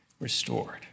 restored